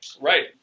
Right